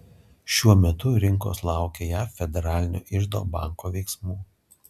šiuo metu rinkos laukia jav federalinio iždo banko veiksmų